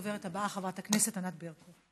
הדוברת הבאה, חברת הכנסת ענת ברקו.